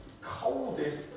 coldest